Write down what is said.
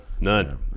None